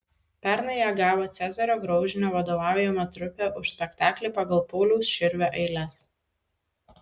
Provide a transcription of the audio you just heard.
pernai ją gavo cezario graužinio vadovaujama trupė už spektaklį pagal pauliaus širvio eiles